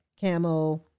camo